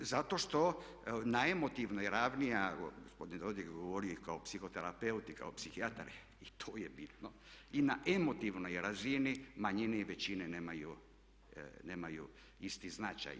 Zato što na emotivnoj razini, a gospodin Dodig je govorio i kao psihoterapeut i kao psihijatar i to je bitno, i na emotivnoj razini manjine i većine nemaju isti značaj.